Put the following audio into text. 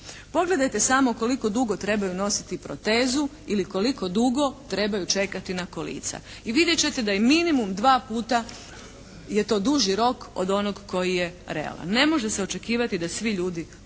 Pogledajte samo koliko dugo trebaju nositi protezu ili koliko dugo trebaju čekati na kolica i vidjet ćete da je minimum dva puta je to duži rok od onog koji je realan. Ne može se očekivati da svi ljudi to